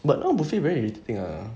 but now buffet very irritating ah